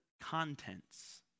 contents